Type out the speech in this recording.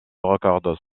records